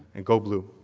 and go blue.